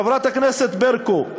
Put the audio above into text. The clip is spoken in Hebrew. חברת הכנסת ברקו,